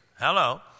Hello